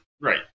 right